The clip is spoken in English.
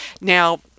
Now